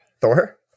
Thor